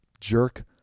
jerk